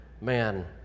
man